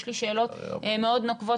יש לי שאלות מאוד נוקבות,